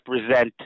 represent